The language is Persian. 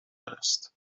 است